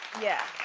yeah.